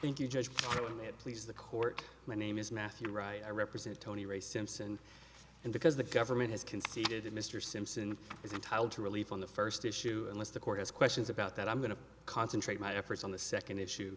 thank you judge please the court my name is matthew wright i represent tony ray simpson and because the government has conceded that mr simpson is entitled to relief on the first issue unless the court has questions about that i'm going to concentrate my efforts on the second issue